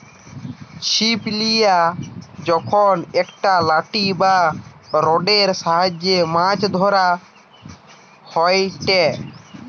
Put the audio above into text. ছিপ লিয়ে যখন একটা লাঠি বা রোডের সাহায্যে মাছ ধরা হয়টে